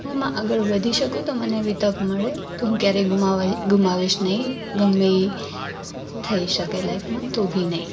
હું એમાં આગળ વધી શકું તો મને એવી તક મળે તો ક્યારેય ગુમાવ ગુમાવીશ નહીં ગમે ઈ થઈ શકે લાઈફમાં તો બી નહીં